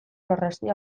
orrazia